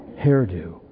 hairdo